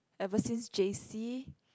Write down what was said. ever since J_C